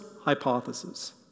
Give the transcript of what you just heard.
hypothesis